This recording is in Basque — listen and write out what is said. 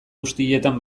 guztietan